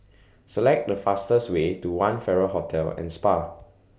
Select The fastest Way to one Farrer Hotel and Spa